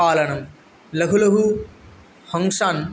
पालनं लघु लघु हंसान्